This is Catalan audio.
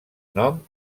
nom